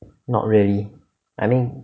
not really I mean